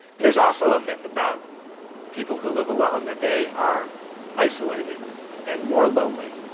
there's also a myth about people who live alone, that they are isolated and more lonely,